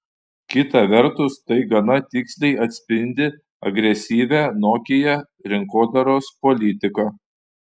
kita vertus tai gana tiksliai atspindi agresyvią nokia rinkodaros politiką